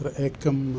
अत्र एकं